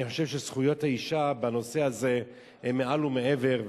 אני חושב שזכויות האשה בנושא הזה הן מעל ומעבר,